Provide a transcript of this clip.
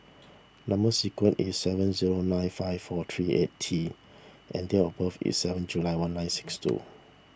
Number Sequence is S seven zero nine five four three eight T and date of birth is seven July one nine six two